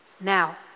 now